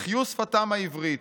החיו שפתם העברית,